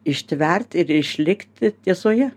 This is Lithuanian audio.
ištverti ir išlikti tiesoje